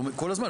כל הזמן.